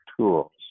tools